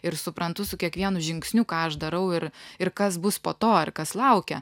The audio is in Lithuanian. ir suprantu su kiekvienu žingsniu ką aš darau ir ir kas bus po to ar kas laukia